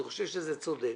אני חושב שזה צודק.